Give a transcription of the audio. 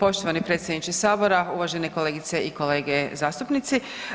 Poštovani predsjedniče sabora, uvažene kolegice i kolege zastupnici.